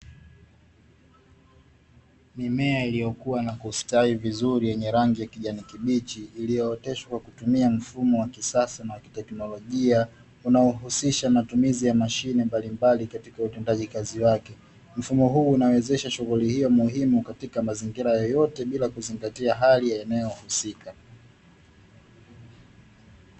Mimea iliyokuwa na kustawi vizuri yenye rangi ya kijani kibichi iliyooteshwa kutumia mfumo wa kisasa, unaohusisha matumizi ya mashine mbalimbali katika utendaji kazi wake mfumo huu unawezesha shughuli hiyo muhimu katika mazingira yoyote bila kuzingatia hali ya eneo.